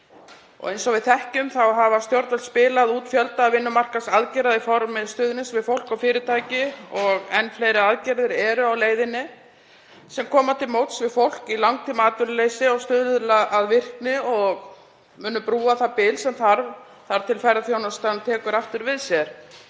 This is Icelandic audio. Eins og við þekkjum hafa stjórnvöld spilað út fjölda vinnumarkaðsaðgerða í formi stuðnings við fólk og fyrirtæki og enn fleiri aðgerðir eru á leiðinni sem koma til móts við fólk í langtímaatvinnuleysi, stuðla að virkni og munu brúa það bil sem þarf þar til ferðaþjónustan tekur aftur við sér.